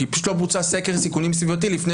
כי פשוט לא בוצע סקר סיכונים סביבתי לפני